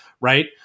right